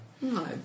No